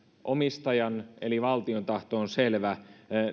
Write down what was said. omistajan eli valtion tahto on selvä